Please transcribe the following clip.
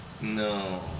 No